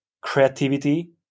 creativity